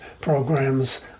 programs